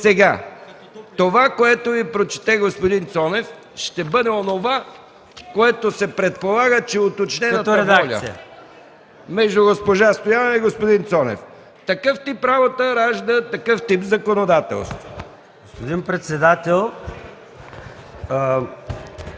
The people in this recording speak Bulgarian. Това, което Ви прочетè господин Цонев, ще бъде онова, което се предполага, че е уточнената редакция между госпожа Стоянова и господин Цонев. Такъв тип работа ражда такъв тип законодателство. ДОКЛАДЧИК